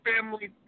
family